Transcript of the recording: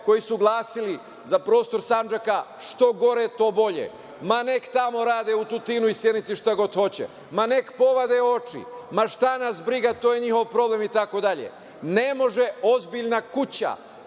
koji su glasili - za prostor Sandžaka, što gore to bolje, ma nek tamo rade u Tutinu i Senici šta god hoće, ma nek povade oči, ma šta nas briga, to je njihov problem itd. Ne može ozbiljna kuća